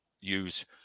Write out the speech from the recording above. use